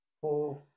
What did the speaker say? four